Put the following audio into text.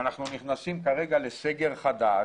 אנחנו נכנסים כרגע לסגר חדש.